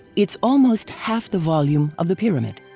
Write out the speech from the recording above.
it's almost half the volume of the pyramid.